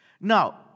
Now